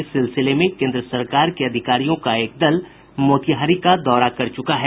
इस सिलसिले में केन्द्र सरकार के अधिकारियों का एक दल मोतिहारी का दौरा कर चुका है